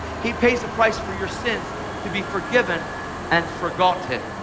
he pays the price for your sins to be forgiven and forgotten.